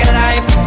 life